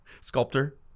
Sculptor